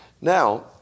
Now